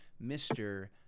Mr